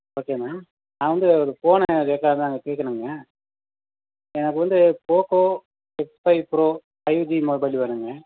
okay ma'am நான் வந்து ஒரு ஃபோனை இருக்கான்னு கேட்கணுங்க எனக்கு வந்து Poco six five pro five G mobile வேணுங்க